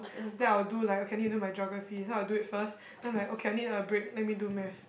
then I will do like okay I'll need to do my Geography so I'll do it first then I'm like okay I need a break let me do Math